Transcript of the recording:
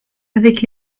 avec